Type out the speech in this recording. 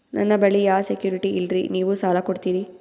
ನನ್ನ ಬಳಿ ಯಾ ಸೆಕ್ಯುರಿಟಿ ಇಲ್ರಿ ನೀವು ಸಾಲ ಕೊಡ್ತೀರಿ?